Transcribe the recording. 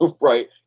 right